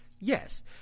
Yes